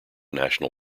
national